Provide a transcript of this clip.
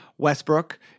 Westbrook